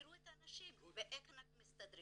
תראו את האנשים ואיך אנחנו מסתדרים.